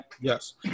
Yes